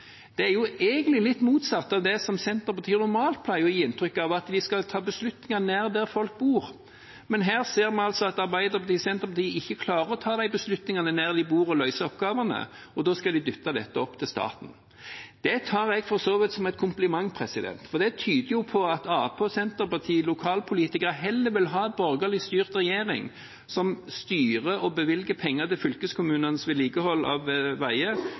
Det er jo egentlig litt motsatt av det som Senterpartiet normalt pleier å gi inntrykk av, at vi skal ta beslutningene nær der folk bor, men her ser vi altså at Arbeiderpartiet og Senterpartiet ikke klarer å ta de beslutningene nær der de bor og løse oppgavene, og da skal de dytte dette over til staten. Det tar jeg for så vidt som en kompliment, for det tyder jo på at Arbeiderpartiet og Senterpartiet, lokalpolitikerne, heller vil ha en borgerlig styrt regjering som styrer og bevilger penger til fylkeskommunenes vedlikehold av veier,